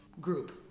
group